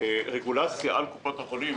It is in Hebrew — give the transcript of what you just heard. רגולציה על קופות החולים,